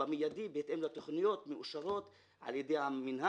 במיידי בהתאם לתוכניות מאושרות על ידי המנהל,